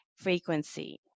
Frequency